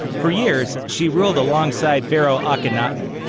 for years, she ruled alongside pharaoh akhenaten,